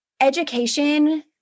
education